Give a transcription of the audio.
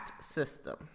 system